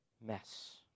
mess